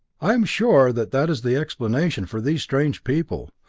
i am sure that that is the explanation for these strange people.